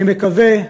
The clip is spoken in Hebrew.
אני מקווה,